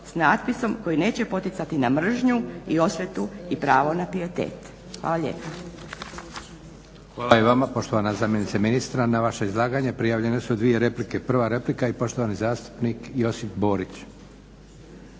s natpisom koji neće poticati na mržnju i osvetu i pravo na pijetet. Hvala lijepo. **Leko, Josip (SDP)** Hvala i vama poštovana zamjenice ministra. Na vaše izlaganje prijavljene su dvije replike. Prva replika i poštovani zastupnik Josip Borić.